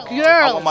girl